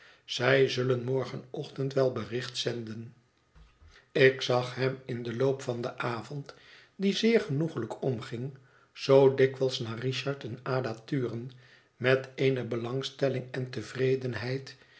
zij zullen morgenochtend wel bericht zenden ik zag hem in den loop van den avond die zeer genoeglijk omging zoo dikwijls naar richard en ada turen met eene belangstelling en tevredenheid